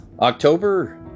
October